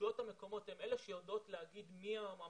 הרשויות המקומיות הן אלה שיודעות להגיד מי הם המתנדבים,